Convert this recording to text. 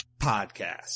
podcast